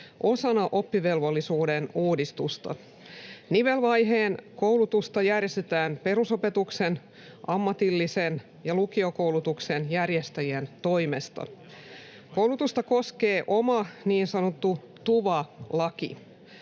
osana oppivelvollisuuden uudistusta. Nivelvaiheen koulutusta järjestetään perusopetuksen ammatillisen ja lukiokoulutuksen järjestäjien toimesta. Koulutusta koskee oma, niin sanottu TUVA-laki.